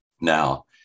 Now